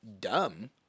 dumb